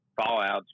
fallouts